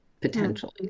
potentially